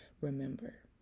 remember